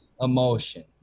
emotion